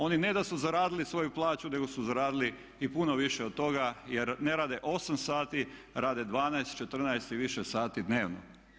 Oni ne da su zaradili svoju plaću nego su zaradili i puno više od toga jer ne rade 8 sati, rade 12, 14 i više sati dnevno.